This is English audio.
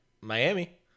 Miami